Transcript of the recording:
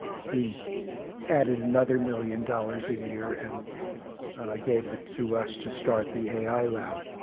he added another million dollars a year and gave it to us to start the ai lab.